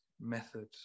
method